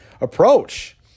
approach